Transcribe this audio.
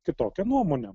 kitokią nuomonę